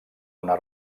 una